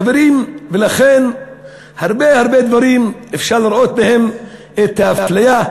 חברים, לכן בהרבה דברים אפשר לראות את האפליה,